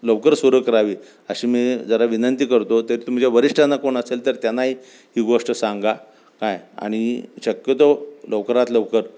लवकर सुरू करावी अशी मी जरा विनंती करतो तरी तुमच्या वरिष्ठांना कोण असेल तर त्यांनाही ही गोष्ट सांगा काय आणि शक्यतो लवकरात लवकर